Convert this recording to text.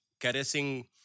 caressing